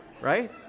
right